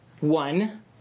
one